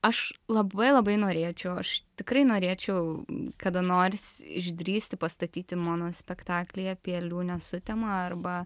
aš labai labai norėčiau aš tikrai norėčiau kada nors išdrįsti pastatyti monospektaklį apie liūnę sutemą arba